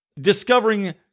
discovering